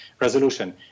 resolution